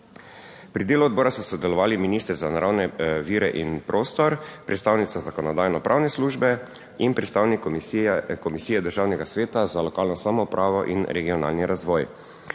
Pri delu odbora so sodelovali minister za naravne vire in prostor, predstavnica Zakonodajno-pravne službe in predstavnik Komisije Državnega sveta za lokalno samoupravo in regionalni razvoj.